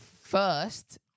first